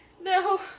No